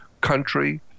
country